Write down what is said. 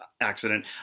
accident